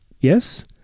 Yes